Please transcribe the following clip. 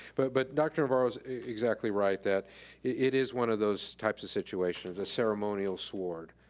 but but dr. navarro's exactly right, that it is one of those types of situations. a ceremonial sword.